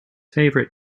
favourite